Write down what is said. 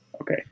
Okay